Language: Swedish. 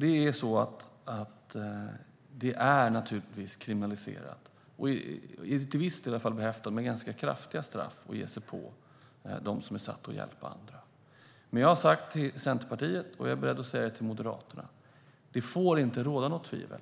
Det är givetvis kriminaliserat och i vissa fall behäftat med ganska kraftiga straff att ge sig på dem som är satta att hjälpa andra. Men jag har sagt till Centerpartiet och jag är beredd att säga det till Moderaterna att det inte får råda något tvivel.